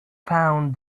found